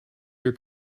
your